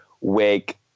wake